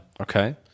Okay